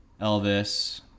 Elvis